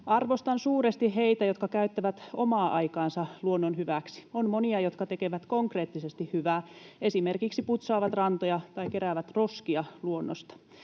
Arvostan suuresti heitä, jotka käyttävät omaa aikaansa luonnon hyväksi. On monia, jotka tekevät konkreettisesti hyvää, esimerkiksi putsaavat rantoja tai keräävät roskia luonnosta.